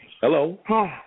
Hello